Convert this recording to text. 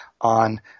on